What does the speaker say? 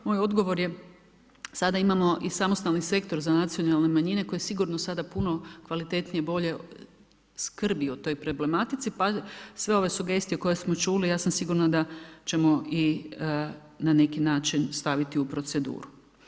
Moj odgovor je, sada imamo i samostalni sektor za nacionalne manjine koje sigurno sada puno kvalitetnije i bolje skrbi o toj problematici pa sve ove sugestije koje smo čuli ja sam sigurna da ćemo i na neki način staviti u proceduru.